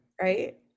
Right